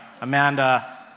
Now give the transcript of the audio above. Amanda